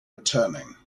returning